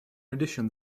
addition